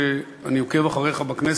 שאני עוקב אחריך בכנסת,